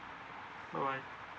bye bye